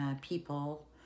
people